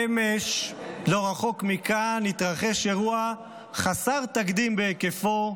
אמש לא רחוק מכאן התרחש אירוע חסר תקדים בהיקפו,